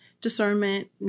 Discernment